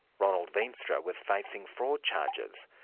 ronald veenstra was facing fraud charges,